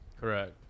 Correct